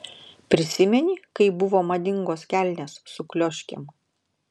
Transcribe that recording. prisimeni kai buvo madingos kelnės su klioškėm